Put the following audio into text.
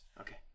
okay